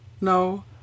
No